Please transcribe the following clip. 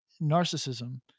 narcissism